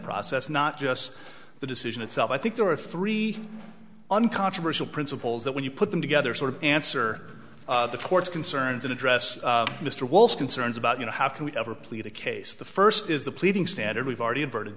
process not just the decision itself i think there are three uncontroversial principles that when you put them together sort of answer the court's concerns and address mr waltz concerns about you know how can we ever plead a case the first is the pleading standard we've already inv